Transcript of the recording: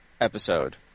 episode